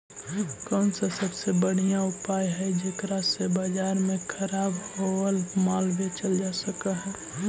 कौन सा सबसे बढ़िया उपाय हई जेकरा से बाजार में खराब होअल माल बेचल जा सक हई?